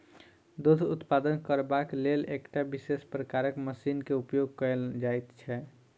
दूध उत्पादन करबाक लेल एकटा विशेष प्रकारक मशीन के उपयोग कयल जाइत छै